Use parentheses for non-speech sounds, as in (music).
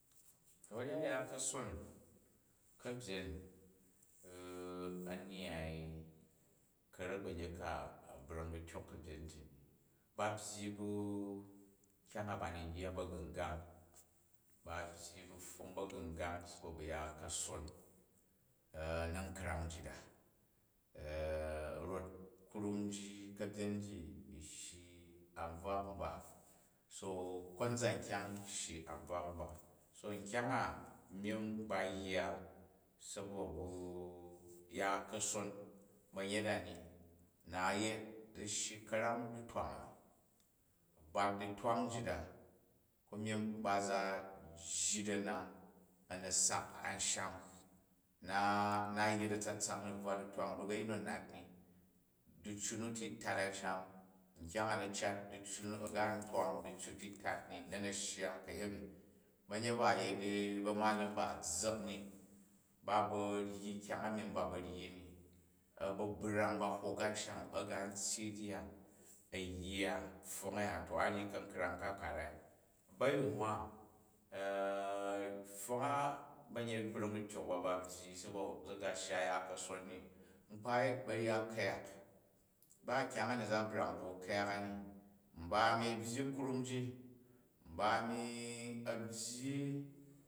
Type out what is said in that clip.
Baryat ya ka̱son ka̱byaa (hesitation) a̱ nyyai ka̱rek banyek ka a̱ brong di tyok ka̱byen ti in. Ba byyi ba nkyang a bani ya ba̱gu̱ngang ba byyi pfong ba̱gu̱ungang sa bo bu ya kason (hesitation) na̱nkrony nji a (hesitation) rot krum ji, ka̱byen ji u shyi an bvak mba. So konzan kyang shyi an bvak mba, so nkyang a myim ba yya sabo bu ya kason ba̱nyet a ni, n na yet zi shyi ka̱ram ditway a̱nni, a̱bat d tway njit a ku myim ba za jyi da na, a̱ na̱ sak anshan na-na yet a̱tsatsak na̱bvwa ditway duk a̱yin nu a̱ nat mi diccu nu ti u tat anshan, nkyang a na̱ cat a̱ ga twang diccu ti u tat ni na̱ na̱ shya kayemi. Bamyet ba a̱ yet ba̱malam ba a̱ zzak ni, ba ba̱ nji kyang a myim ba ba̱ ryi ni a̱ ba̱ brung ba hok ansham, a̱ ga n tyyi rya, a̱ yya pfong a̱ya to a ryi ka̱nkrang ka, ka rain a̱ba̱yinhwa (hesitation) pfong a ba̱nuyet brong dityok ba, ba byyi sabo zi ga shya ya ka̱son ni, nkpa yet ba̱ryet ka̱yak, ba kyang a ni za brang ra̱n ka̱yak a ni, mba a̱nri a̱ byyi krum ji, mbn a̱mi a̱ byyi